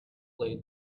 laid